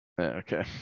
Okay